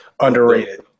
Underrated